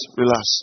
relax